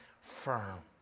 firm